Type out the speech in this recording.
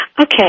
Okay